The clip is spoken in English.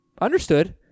Understood